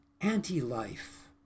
anti-life